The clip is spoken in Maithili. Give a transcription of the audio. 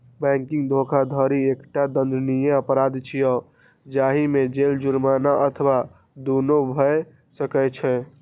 बैंकिंग धोखाधड़ी एकटा दंडनीय अपराध छियै, जाहि मे जेल, जुर्माना अथवा दुनू भए सकै छै